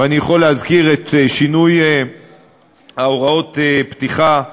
ואני יכול להזכיר את שינוי הוראות הפתיחה באש,